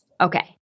Okay